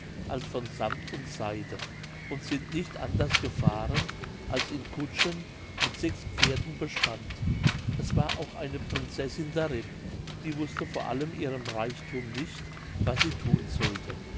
als von sammt und seide und sind nicht anders gefahren als in kutschen mit sechs pferden bespannt es war auch eine prinzessin darin die wußte vor allem ihrem reichthum nicht was sie thun sollte